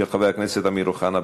של חבר הכנסת אמיר אוחנה.